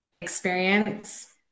experience